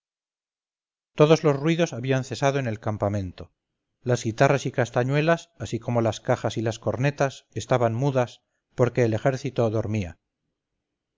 todos los ruidos habían cesado en el campamento las guitarras y castañuelas así como las cajas y las cornetas estaban mudas porque el ejército dormía